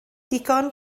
digon